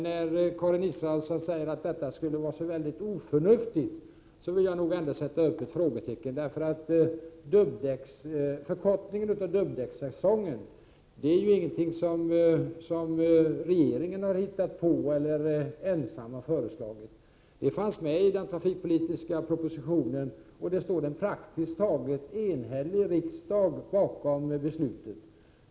När Karin Israelsson menar att detta skulle vara oförnuftigt vill jag ändå sätta ett frågetecken. Förkortningen av dubbdäckssäsongen är ju ingenting som regeringen har hittat på eller ensam föreslagit. Förslaget fanns med i den trafikpolitiska propositionen, och en praktiskt taget enhällig riksdag står bakom beslutet.